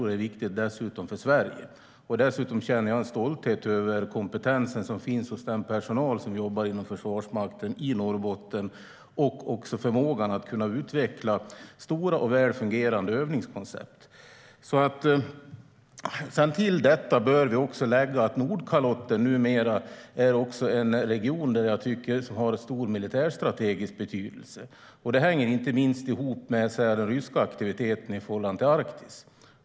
Det är viktigt också för Sverige. Jag känner dessutom en stolthet över kompetensen hos den personal som jobbar inom Försvarsmakten i Norrbotten och även över förmågan att kunna utveckla stora och väl fungerande övningskoncept. Till detta bör vi lägga att Nordkalotten numera är en region av stor militärstrategisk betydelse. Det hänger inte minst ihop med den ryska aktiviteten i förhållande till Arktis.